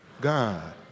God